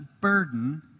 burden